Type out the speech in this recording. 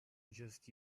just